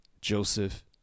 Joseph